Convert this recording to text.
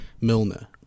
Milner